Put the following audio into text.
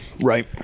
right